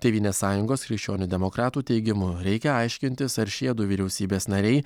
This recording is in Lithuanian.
tėvynės sąjungos krikščionių demokratų teigimu reikia aiškintis ar šie du vyriausybės nariai